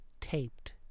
taped